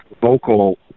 vocal